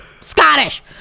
Scottish